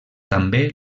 també